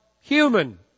human